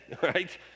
right